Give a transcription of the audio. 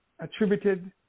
attributed